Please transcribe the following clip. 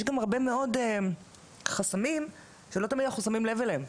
יש גם הרבה מאוד חסמים שאנחנו לא תמיד שמים לב אליהם,